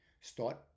start